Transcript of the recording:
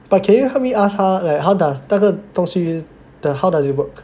but can you help me ask her how does 那个东西 the how does it work